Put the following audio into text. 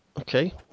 Okay